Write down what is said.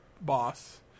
boss